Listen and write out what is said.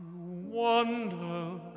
wonder